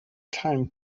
time